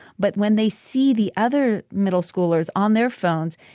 but when they see the other middle schoolers on their phones,